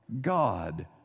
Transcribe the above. God